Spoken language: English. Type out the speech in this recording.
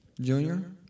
Junior